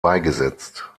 beigesetzt